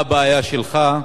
מה הבעיה שלך?